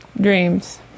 dreams